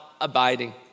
abiding